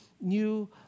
new